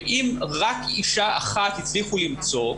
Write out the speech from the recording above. ואם רק אישה אחת הצליחו למצוא,